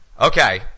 Okay